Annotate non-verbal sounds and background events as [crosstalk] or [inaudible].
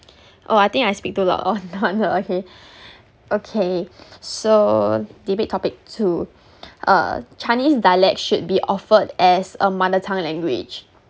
[breath] oh I think I speak too loud oh no oh no okay [breath] okay so debate topic two uh chinese dialect should be offered as a mother tongue language